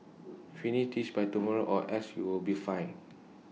finish this by tomorrow or else you'll be fired